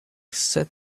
set